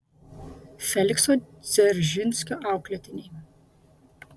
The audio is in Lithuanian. felikso dzeržinskio auklėtiniai